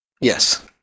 Yes